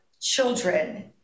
children